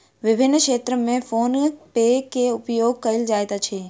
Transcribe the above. विभिन्न क्षेत्र में फ़ोन पे के उपयोग कयल जाइत अछि